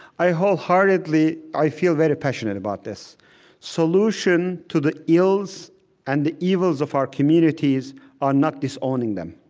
i wholeheartedly i feel very passionate about this solution to the ills and the evils of our communities are not disowning them.